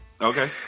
Okay